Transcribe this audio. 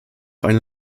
eine